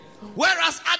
whereas